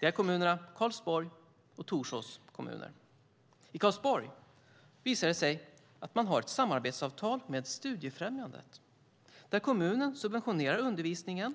Det är Karlsborgs och Torsås kommuner. I Karlsborg visade det sig att man har ett samarbetsavtal med Studiefrämjandet där kommunen subventionerar undervisningen.